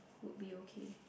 would be okay